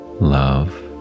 love